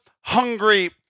hungry